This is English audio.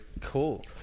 Cool